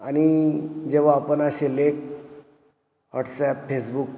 आणि जेव्हा आपण असे लेख वॉट्सॲप फेसबुक